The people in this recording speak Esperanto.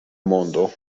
mondo